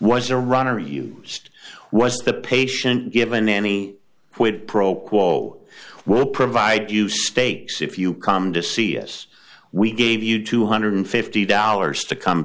was a runner you state was the patient given any quid pro quo we'll provide you steaks if you come to see us we gave you two hundred and fifty dollars to come